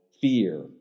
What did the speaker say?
fear